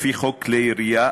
לפי חוק כלי הירייה,